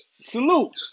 Salute